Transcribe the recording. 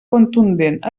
contundent